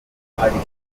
beiden